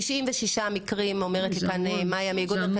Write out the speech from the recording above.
96 מקרים, אומרת לי כאן מאיה מאיגוד.